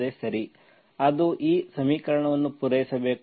ಸರಿ ಅದು ಈ ಸಮೀಕರಣವನ್ನು ಪೂರೈಸಬೇಕು